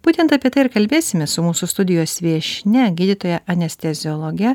būtent apie tai ir kalbėsimės su mūsų studijos viešnia gydytoja anesteziologe